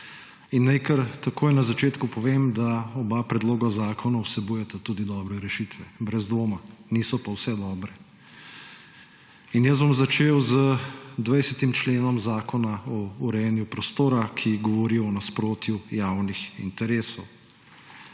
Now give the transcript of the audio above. In naj kar takoj na začetku povem, da oba predloga zakona vsebujeta tudi dobre rešitve, brez dvoma, niso pa vse dobre. Začel bom z 20. členom Zakona o urejanju prostora, ki govori o nasprotju javnih interesov.